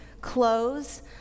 clothes